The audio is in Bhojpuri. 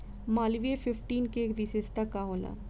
मालवीय फिफ्टीन के विशेषता का होला?